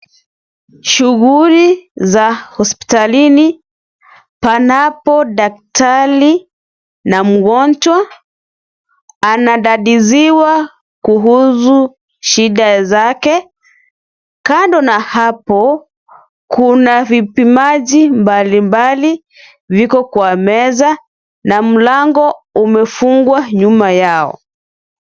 Shughuli za hospitalini panapo daktari na mgonjwa ,anadadiziwa kuhusu shida zake. Kando na hapo kuna vipimaji mbalimbali viko kwa meza na mlango umefungwa nyuma yao.